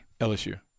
LSU